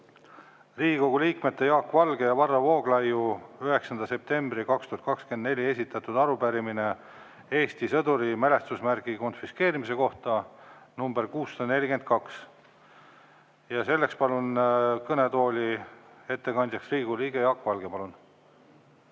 Riigikogu liikmete Jaak Valge ja Varro Vooglaiu 9. septembril 2024 esitatud arupärimine Eesti sõduri mälestusmärgi konfiskeerimise kohta, nr 642. Palun kõnetooli ettekandeks Riigikogu liikme Jaak Valge. Palun!